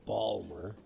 Balmer